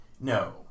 No